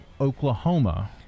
oklahoma